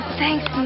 thanks